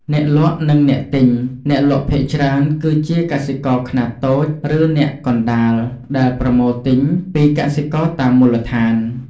អ្នកលក់ និងអ្នកទិញ អ្នកលក់ភាគច្រើនគឺជាកសិករខ្នាតតូច ឬអ្នកកណ្តាលដែលប្រមូលទិញពីកសិករតាមមូលដ្ឋាន។